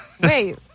Wait